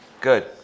Good